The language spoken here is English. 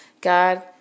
God